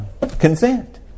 consent